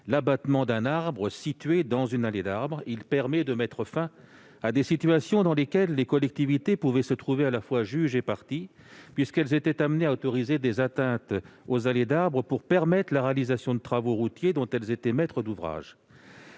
d'abattage d'un arbre situé dans une allée d'arbres. Il permet ainsi de mettre fin à des situations dans lesquelles les communes se trouvaient à la fois juge et partie, puisqu'elles étaient amenées à autoriser des atteintes aux allées d'arbres pour permettre la réalisation de travaux routiers dont elles étaient maîtres d'ouvrage.